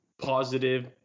positive